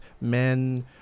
men